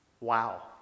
Wow